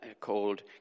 called